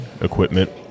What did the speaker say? equipment